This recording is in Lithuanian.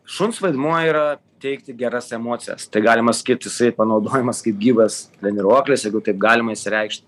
šuns vaidmuo yra teikti geras emocijas tai galima sakyt jisai panaudojamas kaip gyvas treniruoklis jeigu taip galima išsireikšt